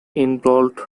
involved